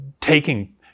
taking